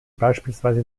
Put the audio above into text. beispielsweise